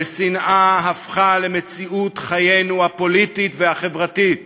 ושנאה הפכה למציאות חיינו הפוליטית והחברתית.